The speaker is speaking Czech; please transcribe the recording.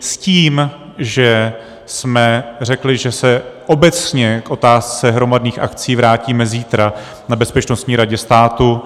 S tím, že jsme řekli, že se obecně k otázce hromadných akcí vrátíme zítra na Bezpečnostní radě státu.